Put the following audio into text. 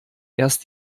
erst